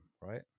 right